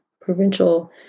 Provincial